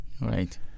Right